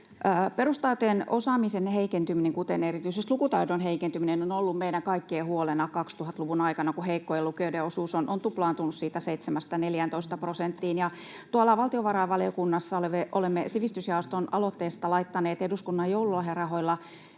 Perustaitojen osaamisen heikentyminen, erityisesti lukutaidon heikentyminen, on ollut meidän kaikkien huolena 2000-luvun aikana, kun heikkojen lukijoiden osuus on tuplaantunut 7:stä 14 prosenttiin. Tuolla valtiovarainvaliokunnassa olemme sivistysjaoston aloitteesta laittaneet eduskunnan joululahjarahoilla